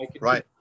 right